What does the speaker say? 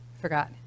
forgot